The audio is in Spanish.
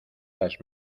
las